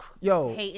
yo